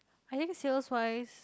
I think sales wise